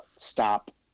stop